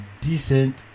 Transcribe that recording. decent